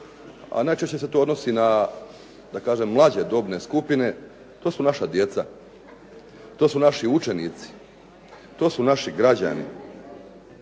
a najčešće se to odnosi na, da kažem mlađe dobne skupine, to su naša djeca, to su naši učenici, to su naši građani.